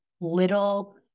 little